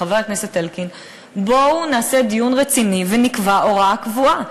חבר הכנסת אלקין: בואו נעשה דיון רציני ונקבע הוראה קבועה.